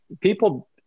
people